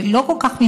שלא כל כך מתקדם.